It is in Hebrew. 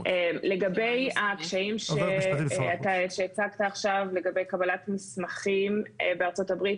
לגבי הקשיים שהצגת עכשיו לגבי קבלת מסמכים בארצות הברית,